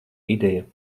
ideja